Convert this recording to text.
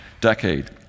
decade